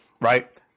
Right